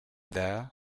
there